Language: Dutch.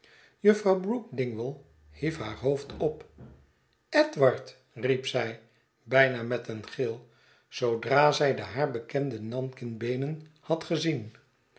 brook dingwall hiefhaar hoofd op edward riep zij bijna met een gil zoodra zij de haar bekende nanking beenen had gezien